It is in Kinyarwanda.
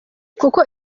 kuko